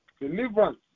deliverance